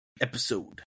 episode